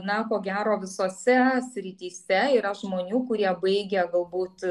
na ko gero visose srityse yra žmonių kurie baigę galbūt